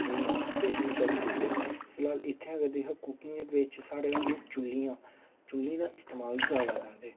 उ'नें ई तेलै ई धड़कू उड़दे फिलहाल इ'त्थें देहें कुकिंग बिच साढ़े होंदियां चु'ल्लियां चु'ल्लीं इस्तेमाल जादा करदे